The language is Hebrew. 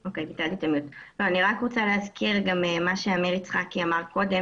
אני רוצה להזכיר מה שעמיר יצחקי אמר קודם,